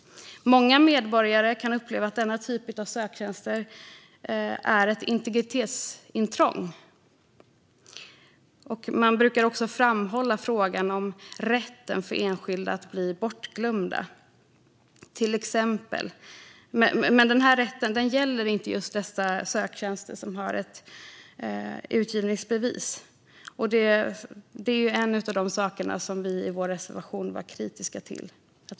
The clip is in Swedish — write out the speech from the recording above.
Många medborgare kan uppleva att denna typ av söktjänster är ett integritetsintrång, och man brukar också framhålla frågan om rätten för enskilda att bli bortglömda. Denna rätt gäller dock inte söktjänster med utgivningsbevis. Detta är en av de saker som vi var kritiska till i vår reservation.